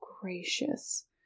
gracious